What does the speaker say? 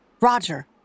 Roger